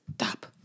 stop